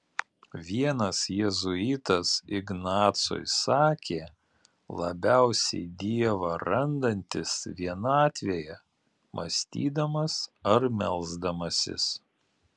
vienas jėzuitas ignacui sakė labiausiai dievą randantis vienatvėje mąstydamas ar melsdamasis